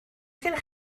gennych